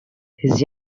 his